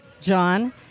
John